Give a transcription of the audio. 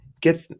get